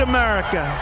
America